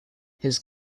his